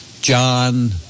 John